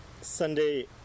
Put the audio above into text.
Sunday